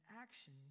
action